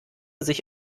sich